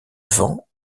vent